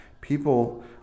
People